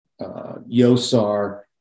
Yosar